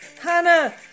Hannah